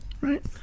right